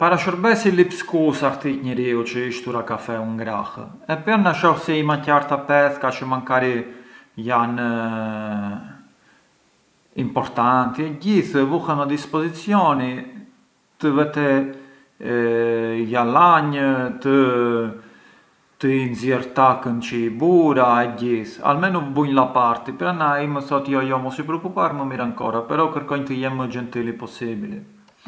I pari shurbes i lip scusa këtij njeriu kui i shtura kafeun ngrah e pran na shoh se i maqarta pethkat çë makari jan importanti e gjithë vuhem a disposizioni të vete ja lanj, të i nxier takën çë i bura e gjith, almenu bunj a parti, pran na ai më thot jo jo mos ju preokupar më mirë ancora però kërkonj të jem më gentili possibili.